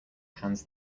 hands